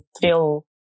feel